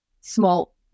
small